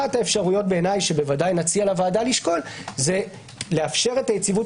אחת האפשרויות שנציע לוועדה לשקול לאפשר את היציבות